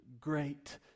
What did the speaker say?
great